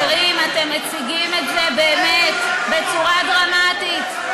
חברים, אתם מציגים את זה באמת בצורה דרמטית.